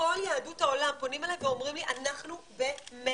מכל יהדות העולם, פונים ואומרים לי: אנחנו במצוקה.